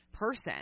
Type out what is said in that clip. Person